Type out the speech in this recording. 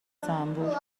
زنبور